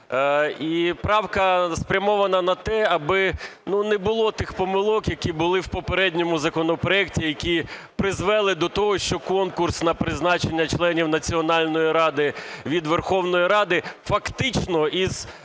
І правка спрямована на те, аби не було тих помилок, які були в попередньому законопроекті, які призвели до того, що конкурс на призначення членів Національної ради від Верховної Ради фактично із